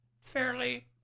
fairly